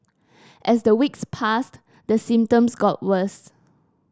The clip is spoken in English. as the weeks passed the symptoms got worse